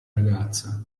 ragazza